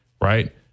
right